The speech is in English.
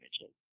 images